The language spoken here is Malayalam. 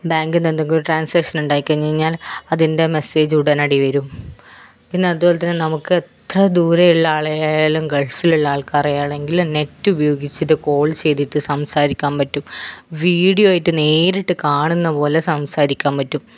ബാങ്കിൻ്റെ എന്തെങ്കിലും ട്രാൻസാക്ഷനുണ്ടാക്കി കഴിഞ്ഞു കഴിഞ്ഞാൽ അതിൻ്റെ മെസ്സേജ് ഉടനടി വരും പിന്നെ അതുപോലെ തന്നെ നമുക്ക് എത്ര ദൂരെയുള്ള ആളെയായാലും ഗൾഫിലുള്ള ആൾക്കാരെയാണെങ്കിലും നെറ്റ് ഉപയോഗിച്ചിട്ട് കോൾ ചെയ്തിട്ട് സംസാരിക്കാൻ പറ്റും വീഡിയോ ആയിട്ട് നേരിട്ട് കാണുന്നതു പോലെ സംസാരിക്കാൻ പറ്റും